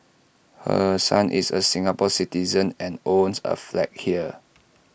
her son is A Singapore Citizen and owns A flat here